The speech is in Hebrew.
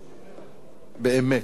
באמת.